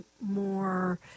more